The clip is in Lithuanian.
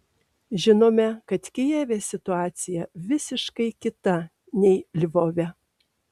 žinome kad kijeve situacija visiškai kita nei lvove